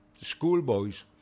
schoolboys